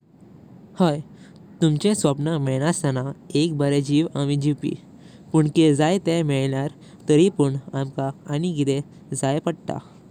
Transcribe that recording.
हाय तुमचे स्वप्न मैतनस्ताना एक बरे जीव आमी जीवपी। पण कियेर जाए तेह मैलार तरी पण आमका आनी किदे जाय पडता।